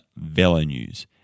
VELONEWS